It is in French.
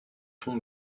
tons